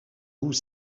goût